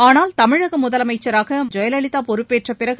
ஆனால் தமிழக முதலமைச்சராக ஜெயலலிதா பொறுப்பேற்ற பிறகு